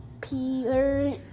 Peter